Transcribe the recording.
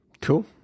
cool